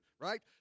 right